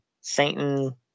Satan